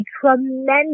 tremendous